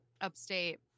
upstate